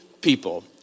people